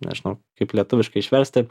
nežinau kaip lietuviškai išversti